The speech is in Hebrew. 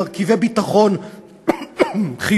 במרכיבי ביטחון חיוניים,